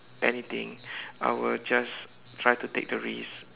anything I will just try to take the risk